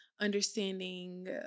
understanding